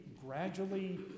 gradually